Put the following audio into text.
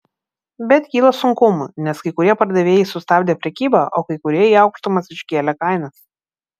bet kyla sunkumų nes kai kurie pardavėjai sustabdė prekybą o kai kurie į aukštumas iškėlė kainas